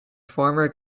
former